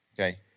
Okay